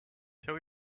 tell